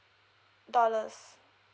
dollars